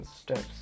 steps